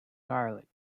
garlic